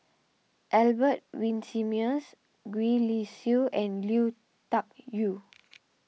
Albert Winsemius Gwee Li Sui and Lui Tuck Yew